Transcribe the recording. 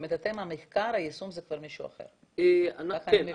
זאת אומרת אתם המחקר, היישום זה כבר מישהו אחר.